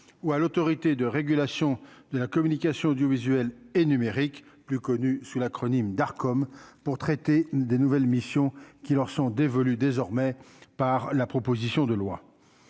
ou à l'Autorité de régulation de la communication audiovisuelle et numérique, plus connu sous l'acronyme comme pour traiter des nouvelles missions qui leur sont dévolues désormais par la proposition de loi,